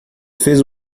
fez